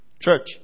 Church